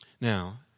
Now